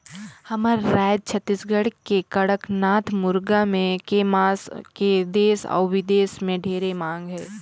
हमर रायज छत्तीसगढ़ के कड़कनाथ मुरगा के मांस के देस अउ बिदेस में ढेरे मांग हे